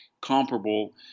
comparable